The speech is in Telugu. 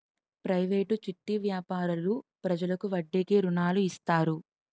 ప్రైవేటు చిట్టి వ్యాపారులు ప్రజలకు వడ్డీకి రుణాలు ఇస్తారు